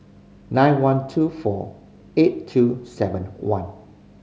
nine one two four eight two seven one